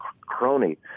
crony